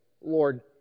Lord